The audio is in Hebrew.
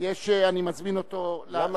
אני מזמין אותו לצאת.